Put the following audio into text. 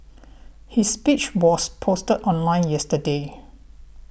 his speech was posted online yesterday